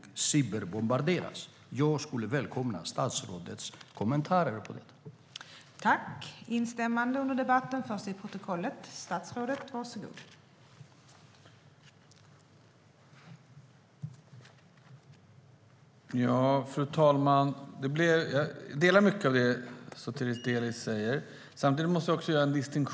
Jag skulle välkomna statsrådets kommentarer om detta.